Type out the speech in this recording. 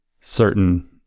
certain